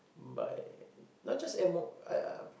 by not just M_O I I